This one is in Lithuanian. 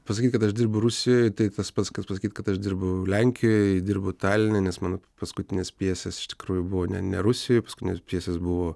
pasakyt kad aš dirbu rusijoj tai tas pats kas pasakyt kad aš dirbau lenkijoj dirbu taline nes mano paskutinės pjesės iš tikrųjų buvo ne ne rusijoj paskutinės pjesės buvo